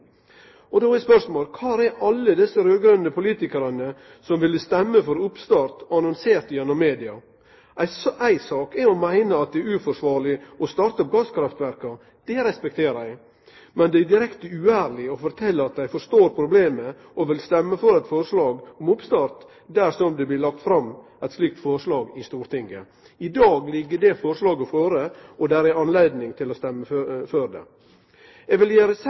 Då er mitt spørsmål: Kvar er alle desse raud-grøne politikarane som ville stemme for oppstart, annonsert gjennom media? Ei sak er å meine at det er uforsvarleg å starte opp gasskraftverka – det respekterer eg – men det er direkte uærleg å fortelje at dei forstår problemet og vil stemme for eit forslag om oppstart, dersom det blir lagt fram eit slikt forslag i Stortinget. I dag ligg det forslaget føre, og det er høve til å stemme for det. Eg vil gjere